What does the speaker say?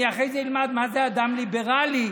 אני אלמד מה זה אדם ליברלי,